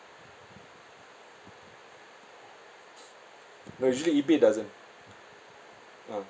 no usually ebay doesn't ah